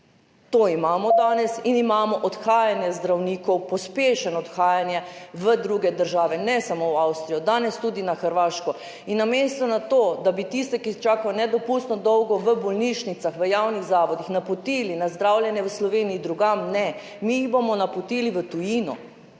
To imamo danes. In imamo odhajanje zdravnikov, pospešeno odhajanje v druge države, ne samo v Avstrijo, danes tudi na Hrvaško. In namesto, da bi tiste, ki čakajo nedopustno dolgo v bolnišnicah, v javnih zavodih, napotili na zdravljenje drugam v Sloveniji, ne, mi jih bomo napotili v tujino,